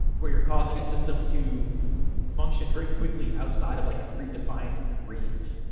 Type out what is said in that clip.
where you're causing a system to function very quickly, outside of like a predefined range.